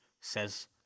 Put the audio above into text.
says